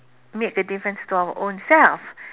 make the difference to our own self